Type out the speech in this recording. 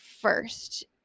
first